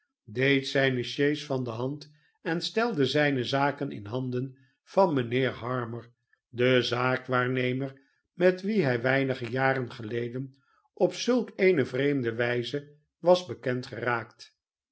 deed zijne sjees van de hand en stelde zijne zaken in handen van mijnheer harmer den zaakwaarnemer met wienhij weinigejarengeleden op zulk eene vreemde wijze was bekend geraakt